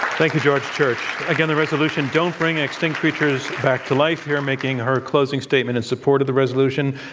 thank you, george church. again, the resolution, don't bring extinct creatures back to life. here making her closing statement in support of the resolution,